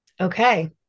Okay